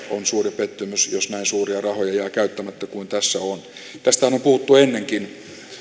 on suuri pettymys jos näin suuria rahoja jää käyttämättä kuin tässä on tästähän on on puhuttu ennenkin